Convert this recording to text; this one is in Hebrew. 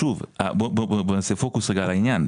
שוב, בואי נעשה פוקוס על העניין.